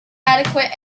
adequate